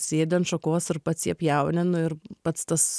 sėdi ant šakos ir pats ją pjauni nu ir pats tas